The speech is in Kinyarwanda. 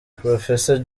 professor